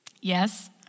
Yes